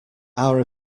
our